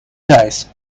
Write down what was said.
dice